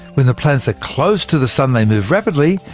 when the planets are close to the sun, they move rapidly.